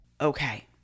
Okay